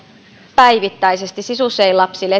päivittäisesti siis usein lapsille